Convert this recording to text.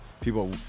people